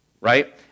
right